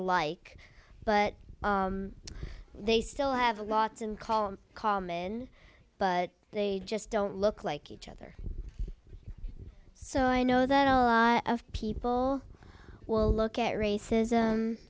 alike but they still have a lot in call in common but they just don't look like each other so i know that a lot of people will look at racism